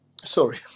sorry